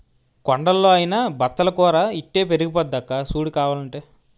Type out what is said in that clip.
కొండల్లో అయినా బచ్చలి కూర ఇట్టే పెరిగిపోద్దక్కా సూడు కావాలంటే